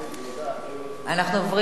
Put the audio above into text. ההצעה להעביר